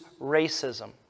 Racism